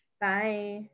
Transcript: Bye